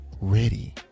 ready